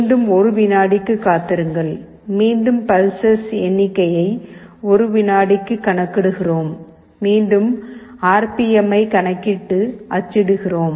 மீண்டும் 1 விநாடிக்கு காத்திருங்கள் மீண்டும் பல்ஸ்ஸஸ் எண்ணிக்கையை 1 விநாடிகளுக்கு கணக்கிடுகிறோம் மீண்டும் ஆர் பி எம்மை கணக்கிட்டு அச்சிடுகிறோம்